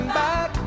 back